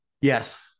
Yes